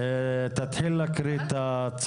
נתחיל להקריא.